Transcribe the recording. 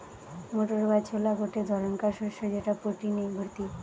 motor বা ছোলা গটে ধরণকার শস্য যেটা প্রটিনে ভর্তি